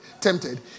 tempted